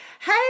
Hey